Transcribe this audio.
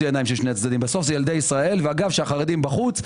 עין של שני הצדדים כי בסוף אלה ילדי ישראל והגם שהחרדים בחוץ,